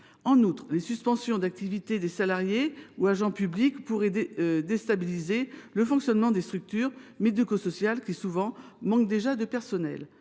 En outre, la suspension d’activité de salariés ou d’agents publics pourrait déstabiliser le fonctionnement des structures médico sociales qui, souvent, manquent déjà de personnel.